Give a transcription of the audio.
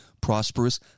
prosperous